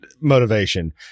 motivation